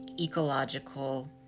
ecological